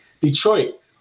Detroit